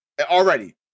already